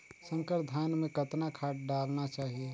संकर धान मे कतना खाद डालना चाही?